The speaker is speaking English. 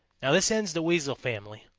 now this ends the weasel family,